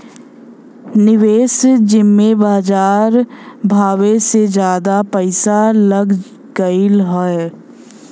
निवेस जिम्मे बजार भावो से जादा पइसा लग गएल हौ